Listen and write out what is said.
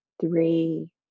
three